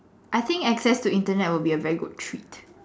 I think access to Internet would be a very good treat